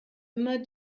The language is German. immer